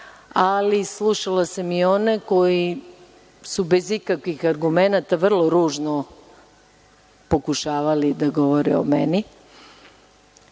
Ali, slušala sam i one koji su bez ikakvih argumenata vrlo ružno pokušavali da govore o meni